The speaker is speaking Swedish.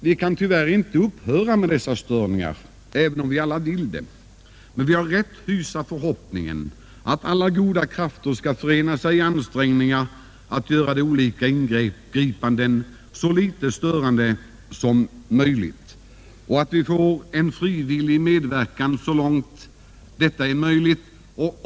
Vi kan tyvärr inte upphöra med dessa störningar, även om vi alla vill det, men vi har rätt att hysa förhoppningen att alla goda krafter skall förena sig i ansträngningar att göra de olika ingreppen så litet störande som möjligt och att vi så långt möjligt får en frivillig medverkan i dessa strävanden.